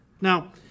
Now